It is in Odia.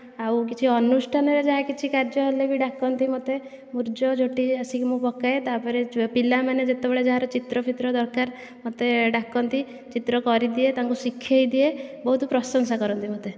ଆଉ କିଛି ଅନୁଷ୍ଠାନରେ ଯାହା କିଛି କାର୍ଯ୍ୟ ହେଲେ ବି ଡାକନ୍ତି ମୋତେ ମୁରୁଜ ଝୋଟି ଆସିକି ମୁଁ ପକାଏ ତାପରେ ପିଲାମାନେ ଯେତେବେଳେ ଯାହାର ଚିତ୍ର ଫିତ୍ର ଦରକାର ମୋତେ ଡାକନ୍ତି ଚିତ୍ର କରି ଦିଏ ତାଙ୍କୁ ଶିଖେଇ ଦିଏ ବହୁତ ପ୍ରଶଂସା କରନ୍ତି ମୋତେ